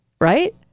right